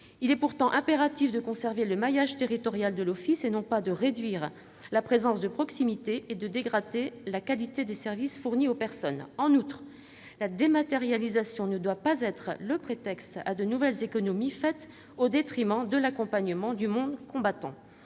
Il est pourtant impératif de conserver le maillage territorial de l'Office, au risque de réduire la présence de proximité et de dégrader la qualité des services fournis aux personnes. En outre, la dématérialisation ne doit pas être le prétexte à de nouvelles économies au détriment de l'accompagnement du monde combattant.